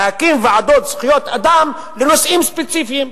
להקים ועדות זכויות אדם לנושאים ספציפיים,